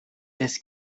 this